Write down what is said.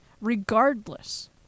Regardless